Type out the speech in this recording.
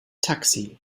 taxi